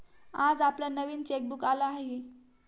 आज आपलं नवीन चेकबुक आलं आहे